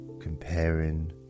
comparing